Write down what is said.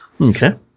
Okay